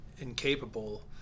incapable